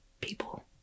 people